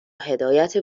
هدایت